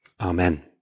Amen